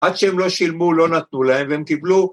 ‫עד שהם לא שילמו ‫לא נתנו להם, והם קיבלו.